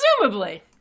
Presumably